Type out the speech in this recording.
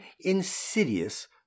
insidious